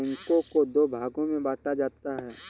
बैंकों को दो भागों मे बांटा जाता है